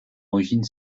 origine